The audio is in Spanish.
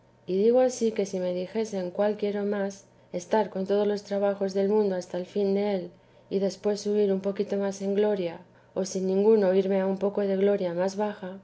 y digo ansí que si me dijesen cuál quiero más estar con todos los trabajos del mundo hasta el fin del y después subir un poquito más en gloria o sin ninguno irme a un poco de gloria más baja